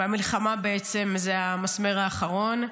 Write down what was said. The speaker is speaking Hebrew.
והמלחמה בעצם, זה המסמר האחרון,